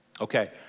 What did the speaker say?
Okay